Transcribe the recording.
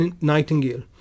Nightingale